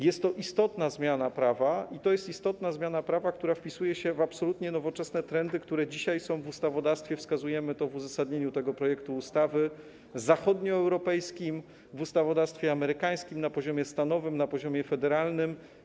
Jest to istotna zmiana prawa i to jest istotna zmiana prawa, która wpisuje się w absolutnie nowoczesne trendy, które dzisiaj są w ustawodawstwie - wskazujemy to w uzasadnieniu tego projektu ustawy - zachodnioeuropejskim, w ustawodawstwie amerykańskim na poziomie stanowym, na poziomie federalnym.